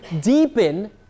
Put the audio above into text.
deepen